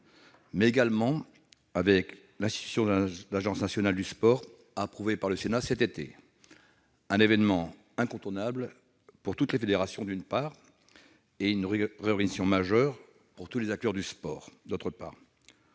mais également de l'institution de l'Agence nationale du sport, approuvée par le Sénat cet été : un événement incontournable pour toutes les fédérations, d'une part, et une réorganisation majeure pour tous les acteurs du sport, d'autre part.